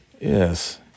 Yes